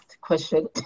question